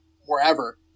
wherever